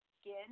skin